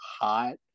hot